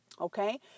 Okay